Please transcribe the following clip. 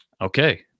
okay